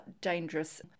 dangerous